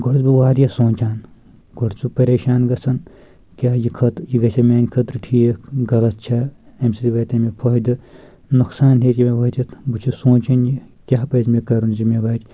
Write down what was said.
گۄڈٕ اوس بہٕ واریاہ سونٛچان گۄڈٕ چھُس پریشان گژھان کیاہ یہِ خٲطرٕ یہِ گژھےٕ میانہِ خٲطرٕ ٹھیٖک غلط چھَ امہِ سۭتۍ وٲتے مےٚ پھٲہدٕ نۄقصان ہیٚکہِ مےٚ وٲتِتھ بہٕ چھُس سونٛچان یہِ کیاہ پزِ مےٚ کَرُن زِ مےٚ واتہِ